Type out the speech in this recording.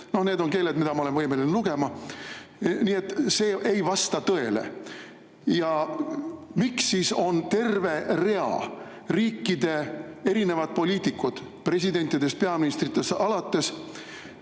Need on keeled, mida ma olen võimeline lugema. Nii et see ei vasta tõele. Ja miks siis on terve rea riikide erinevad poliitikud, presidentidest-peaministritest alates,